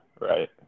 right